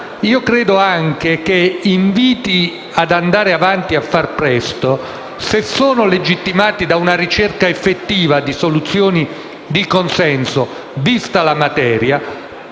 io credo anche che inviti ad andare avanti e a fare presto, se sono legittimati da una ricerca effettiva di soluzioni di consenso, vista la materia,